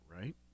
right